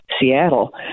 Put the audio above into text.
Seattle